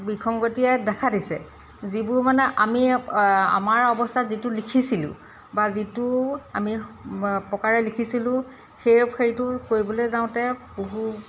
বিসংগতিয়ে দেখা দিছে যিবোৰ মানে আমি আমাৰ অৱস্থাত যিটো লিখিছিলোঁ বা যিটো আমি প্ৰকাৰে লিখিছিলোঁ সেই সেইটো কৰিবলৈ যাওঁতে বহু